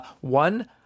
One